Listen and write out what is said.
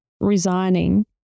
resigning